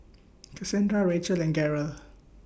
Casandra Rachel and Garold